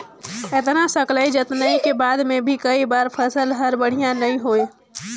अतना सकलई जतनई के बाद मे भी कई बार फसल हर बड़िया नइ होए